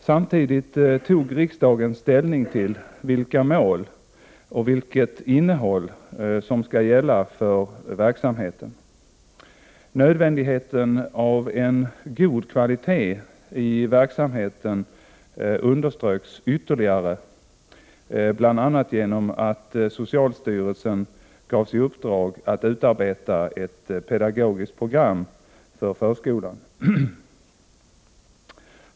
Samtidigt tog riksdagen ställning till vilka mål och vilket innehåll som skall gälla för verksamheten. Nödvändigheten av en god kvalitet i verksamheten underströks ytterligare bl.a. genom att socialstyrelsen gavs i uppdrag att utarbeta ett pedagogiskt program för förskolan.